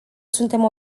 suntem